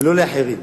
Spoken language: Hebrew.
ולא לאחרים.